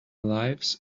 lives